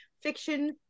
fiction